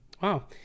Wow